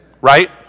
Right